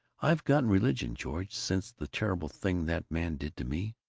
i've gotten religion, george, since the terrible thing that man did to me.